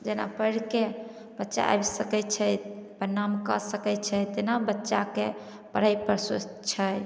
जेना पढ़िके बच्चा आबि सकय छै अपन नाम कऽ सकय छथि तेना बच्चाके पढ़यपर छै